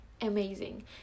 amazing